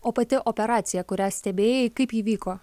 o pati operacija kurią stebėjai kaip ji vyko